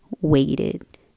waited